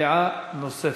דעה נוספת.